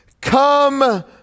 come